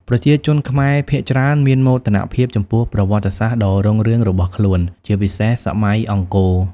ប្រជាជនខ្មែរភាគច្រើនមានមោទនភាពចំពោះប្រវត្តិសាស្ត្រដ៏រុងរឿងរបស់ខ្លួន ជាពិសេសសម័យអង្គរ ។